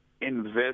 Invest